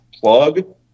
plug